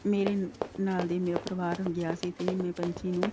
ਮੇਰੇ ਨਾਲ ਦੀ ਮੇਰਾ ਪਰਿਵਾਰ ਗਿਆ ਸੀ ਅਤੇ ਮੈਂ ਪੰਛੀ ਨੂੰ